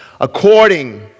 According